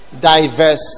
diverse